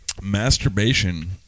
Masturbation